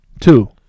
Two